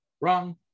Wrong